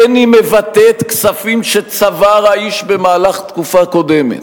אין היא מבטאת כספים שצבר האיש במהלך תקופה קודמת.